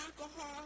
alcohol